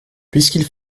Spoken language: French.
puisqu’il